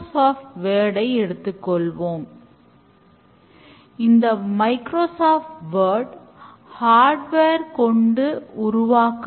onsite பயனாளர் குழுவின் அங்கம் மற்றும் கோடிங் ஸ்டேண்டர்டு என்பது coding எழுதும் பொழுது தரத்தை பின்பற்றுவது